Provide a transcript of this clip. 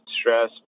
stress